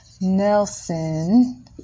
Nelson